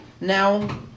Now